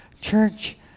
church